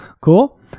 Cool